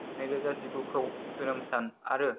नैरोजा जिगुखौ जोनोम सान आरो